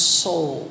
soul